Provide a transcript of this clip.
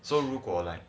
so 如果 like